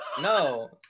No